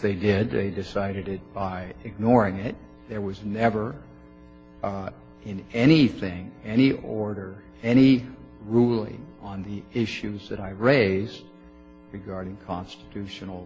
they did they decided it by ignoring it there was never in anything any order any ruling on the issues that i raise regarding constitutional